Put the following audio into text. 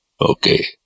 Okay